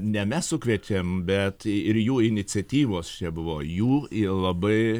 ne mes sukvietėm bet ir jų iniciatyvos čia buvo jų labai